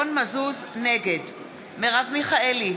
נגד מרב מיכאלי,